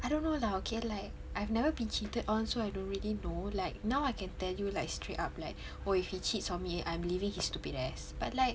I don't know lah okay like I've never been cheated on so I don't really know like now I can tell you like straight up like oh if he cheats on me I'm leaving his stupid ass but like